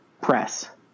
press